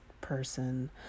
person